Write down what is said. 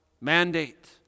mandate